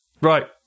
Right